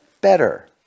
better